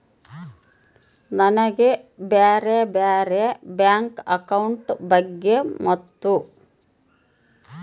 ನನಗೆ ಬ್ಯಾರೆ ಬ್ಯಾರೆ ಬ್ಯಾಂಕ್ ಅಕೌಂಟ್ ಬಗ್ಗೆ ಮತ್ತು?